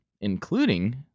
including